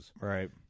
right